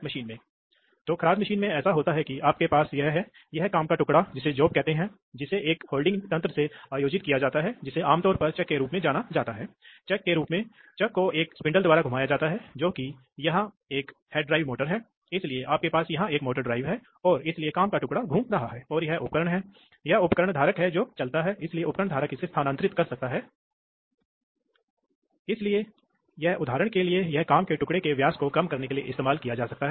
इसलिए जब पायलट दबाव नहीं होता है तो एक स्प्रिंग होता है ठीक है ओह मैं देख रहा हूं कि यह इरेज़र के रूप में काम करता है मुझे पहले एक कलम चुनना होगा और फिर इस रंग का चयन करना होगा इसलिए हाँ हाँ इसलिए यह स्प्रिंग लोड है इसलिए जब कोई पायलट दबाव नहीं होता है कि यह स्प्रिंग इसे ऊपर धकेलने वाला है और यह इसे बंद करने जा रहा है इसलिए वाल्व दोनों तरफ से बंद है